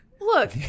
Look